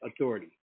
authority